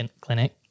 clinic